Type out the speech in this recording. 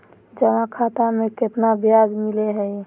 जमा खाता में केतना ब्याज मिलई हई?